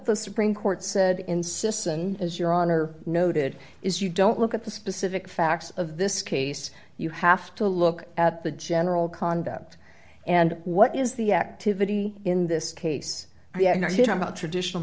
the supreme court said insists and as your honor noted is you don't look at the specific facts of this case you have to look at the general conduct and what is the activity in this case i know you know about traditional